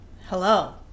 Hello